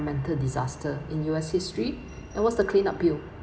disaster in U_S history and what's the clean up bill